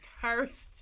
cursed